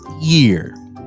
year